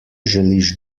želiš